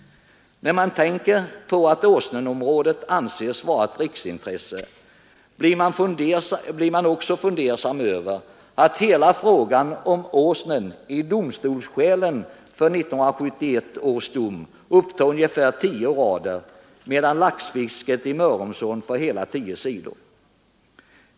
När man tänker på att Åsnenområdet anses vara ett riksintresse blir man också fundersam över att hela frågan om Åsnen i domstolsskälen för 1971 års dom upptog ungefär tio rader medan laxfisket i Mörrumsån får hela tio sidor.